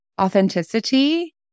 authenticity